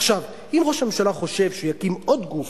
עכשיו, אם ראש הממשלה חושב שהוא יקים עוד גוף,